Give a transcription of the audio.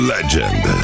Legend